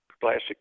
classic